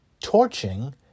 torching